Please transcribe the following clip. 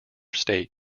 state